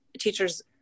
teachers